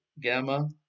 gamma